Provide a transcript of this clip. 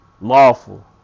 lawful